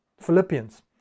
Philippians